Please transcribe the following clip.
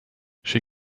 she